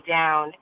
down